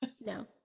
no